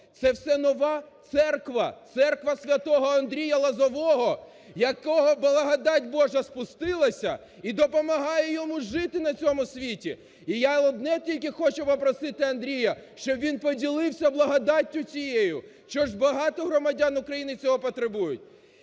це все нова церква – церква святого Андрія Лозового, до якого благодать Божа спустилася і допомагає йому жити на цьому світі. І я одне тільки хочу попросити Андрія, щоб він поділився благодаттю цією, бо багато громадян України цього потребують.